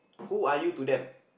who are you to them